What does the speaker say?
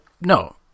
no